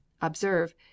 Observe